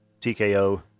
TKO